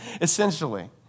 essentially